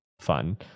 fun